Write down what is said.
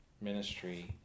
ministry